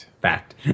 Fact